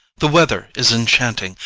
the weather is enchanting,